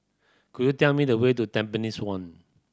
could you tell me the way to Tampines One